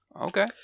Okay